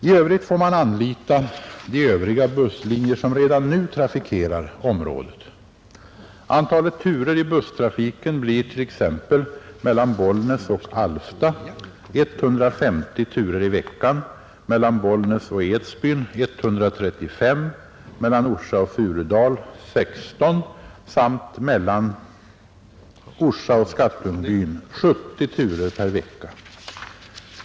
I övrigt får man anlita de övriga busslinjer som redan nu trafikerar området. Antalet turer i busstrafiken blir t.ex. mellan Bollnäs och Alfta 150 turer i veckan, mellan Bollnäs och Edsbyn 135, mellan Orsa och Furudal 16 samt mellan Orsa och Skattungbyn 70 turer per vecka.